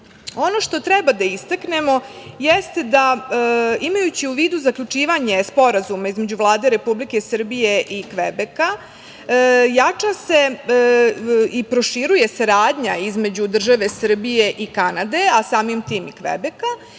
što treba da istaknemo jeste da, imajući u vidu zaključivanje Sporazuma između Vlade Republike Srbije i Kvebeka, jača se i proširuje saradnja između države Srbije i Kanade, a samim tim i Kvebeka.